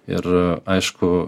ir aišku